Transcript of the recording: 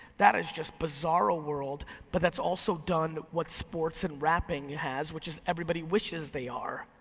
that is just bizarro world, but that's also done what sports and rapping has, which is everybody wishes they are.